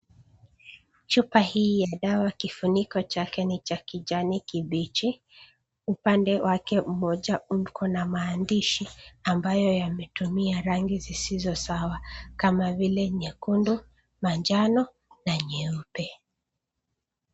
Chupa hii ya dawa kifuniko chake ni cha kijani kibichi. Upande wake mmoja uko na maandishi, ambayo yametumia rangi zisizo sawa, kama vile nyekundu, manjano, na nyeupe.